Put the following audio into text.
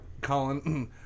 Colin